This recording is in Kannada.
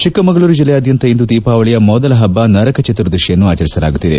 ಚಿಕ್ಕ ಮಗಳೂರು ಜಿಲ್ಲೆಯಾದ್ಯಂತ ಇಂದು ದೀಪಾವಳಿಯ ಮೊದಲ ಹಬ್ಬ ನರಕ ಚತುರ್ದಶಿಯನ್ನು ಆಚರಿಸಲಾಗುತ್ತಿದೆ